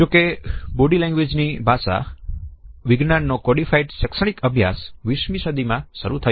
જો કે body language ની ભાષા વિજ્ઞાન નો કોડીફાઇડ શૈક્ષણિક અભ્યાસ 20મી સદી માં શરુ થયો